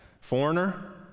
Foreigner